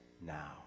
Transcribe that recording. now